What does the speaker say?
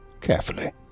carefully